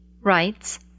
writes